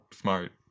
smart